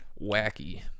Wacky